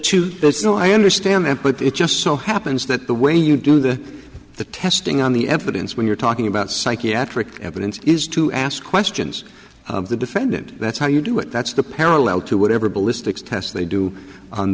there's no i understand and put it just so happens that the way you do the testing on the evidence when you're talking about psychiatric evidence is to ask questions of the defendant that's how you do it that's the parallel to whatever ballistics tests they do on